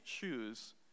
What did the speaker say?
choose